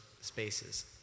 spaces